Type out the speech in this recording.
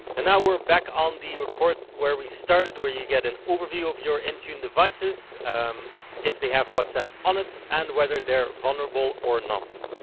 and now we're back on the report where we started where you get an overview of your intune devices if they have whatsapp on it and whether they're vulnerable or not.